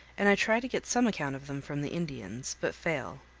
and i try to get some account of them from the indians, but fail.